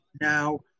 now